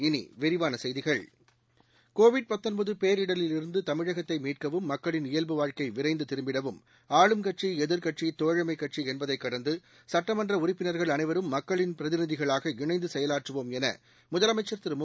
இனி விரிவான செய்திகள் கோவிட் பேரிடரிலிருந்து தமிழகத்தை மீட்கவும் மக்களின் இயல்புவாழ்க்கை விரைந்து திரும்பிடவும் ஆளுங்கட்சி எதிர்க்கட்சி தோழமைக்கட்சி என்பதை கடந்து சுட்டமன்ற உறுப்பினர்கள் அனைவரும் மக்களின் பிரதிநிதிகளாக இணைந்து செயலாற்றுவோம் என முதலமைச்சர் திரு மு